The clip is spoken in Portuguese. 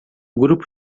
grupo